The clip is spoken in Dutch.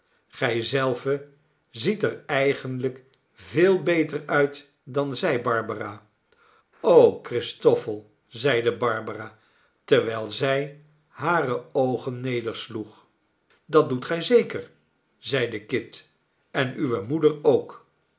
gij zelve ziet er eigenlijk veel beter uit dan zij barbara christoffel zeide barbara terwijl zij hare oogen nedersloeg dat doet gij zeker zeide kit en uwe moeder ook